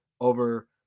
over